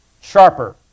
Sharper